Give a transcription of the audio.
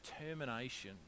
determination